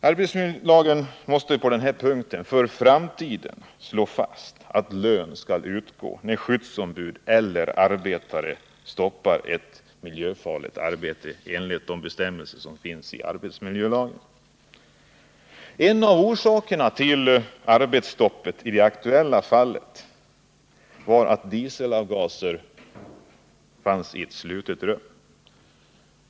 I framtiden måste det på denna punkt i arbetsmiljölagen slås fast att lön skall utgå när skyddsombud eller arbetare enligt de bestämmelser som finns i arbetsmiljölagen stoppar ett miljöfarligt arbete. En av orsakerna till arbetsstoppet i det aktuella fallet var att dieselavgaser fanns i ett slutet rum.